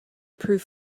prove